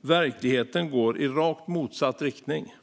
verkligheten går i rakt motsatt riktning.